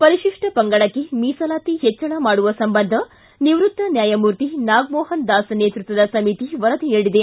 ಪರಿಶಿಪ್ಪ ಪಂಗಡಕ್ಕೆ ಮೀಸಲಾತಿ ಹೆಚ್ಚಳ ಮಾಡುವ ಸಂಬಂಧ ನಿವೃತ್ತ ನ್ಯಾಯಮೂರ್ತಿ ನಾಗ್ಮೋಹನ್ ದಾಸ್ ನೇತೃತ್ವದ ಸಮಿತಿ ವರದಿ ನೀಡಿದೆ